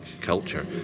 culture